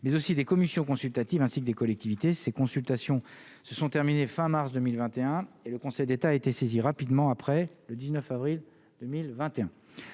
mais aussi des commissions consultatives, ainsi que des collectivités, ces consultations se sont terminées fin mars 2021 et le Conseil d'État a été saisi rapidement après le 19 avril 2021